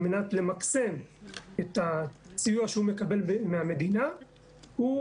על מנת למקסם את הסיוע שהוא מקבל מהמדינה יש